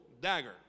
dagger